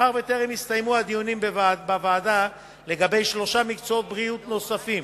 מאחר שטרם הסתיימו הדיונים בוועדה לגבי שלושה מקצועות בריאות נוספים